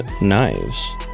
knives